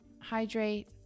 hydrate